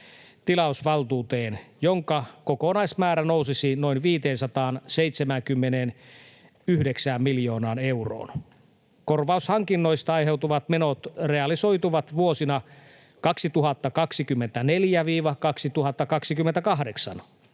tilausvaltuuteen, jonka kokonaismäärä nousisi noin 579 miljoonaan euroon. Korvaushankinnoista aiheutuvat menot realisoituvat vuosina 2024—2028.